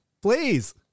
Please